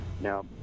Now